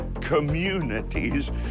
communities